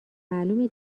معلومه